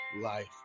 life